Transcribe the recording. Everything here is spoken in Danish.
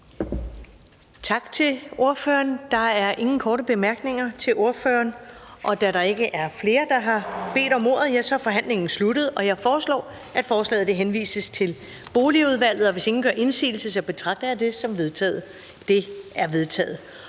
Tak til ordføreren. Der er ingen korte bemærkninger til ordføreren. Da der ikke er flere, som har bedt om ordet, så er forhandlingen sluttet. Jeg foreslår, at forslaget til folketingsbeslutning henvises til Boligudvalget, og hvis ingen gør indsigelse, betragter jeg det som vedtaget. Det er vedtaget.